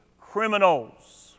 criminals